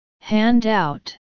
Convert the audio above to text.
Handout